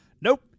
Nope